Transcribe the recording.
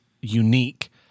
unique